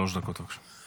שלוש דקות, בבקשה.